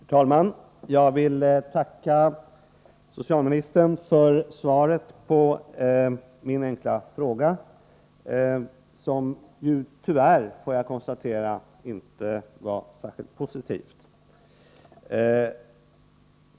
Herr talman! Jag vill tacka statsrådet för svaret på min fråga. Jag tvingas dock konstatera att svaret tyvärr inte var särskilt positivt.